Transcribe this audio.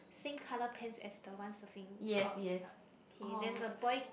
same colour pants as the one surfing orange colour K then the boy